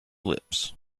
lips